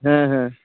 ᱦᱮᱸ ᱦᱮᱸ